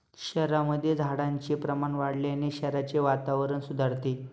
शहरांमध्ये झाडांचे प्रमाण वाढवल्याने शहराचे वातावरण सुधारते